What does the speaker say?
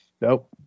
nope